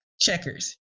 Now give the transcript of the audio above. checkers